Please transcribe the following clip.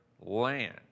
land